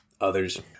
Others